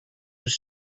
was